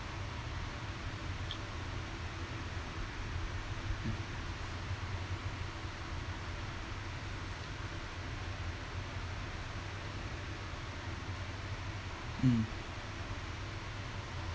mm